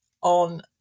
on